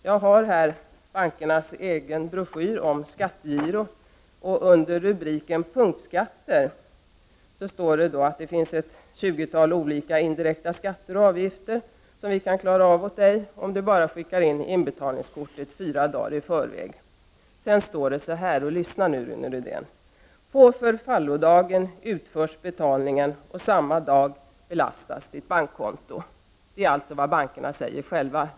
Jag har här bankernas broschyr om skattegiro och under rubriken Punktskatter står att läsa att det finns ett tjugotal olika indirekta skatter och avgifter, som bankerna kan stå till tjänst med att förmedla om man bara skickar in inbetalningskortet fyra dagar i förväg. Vidare står det att — lyssna nu, Rune Rydén — betalningen utförs på förfallodagen och samma dag belastas bankkontot. Det är vad bankerna själva säger.